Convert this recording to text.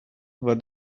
were